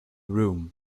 room